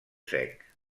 sec